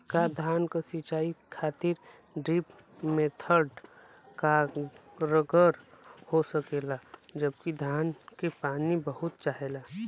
का धान क सिंचाई खातिर ड्रिप मेथड कारगर हो सकेला जबकि धान के पानी बहुत चाहेला?